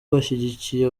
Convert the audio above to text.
bashigikiye